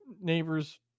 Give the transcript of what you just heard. neighbor's